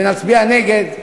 ונצביע נגד עם,